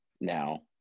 Now